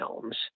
films